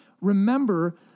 Remember